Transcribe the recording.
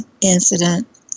incident